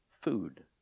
food